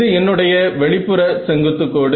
இது என்னுடைய வெளிப்புற செங்குத்து கோடு